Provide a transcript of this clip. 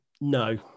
No